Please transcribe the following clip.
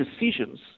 decisions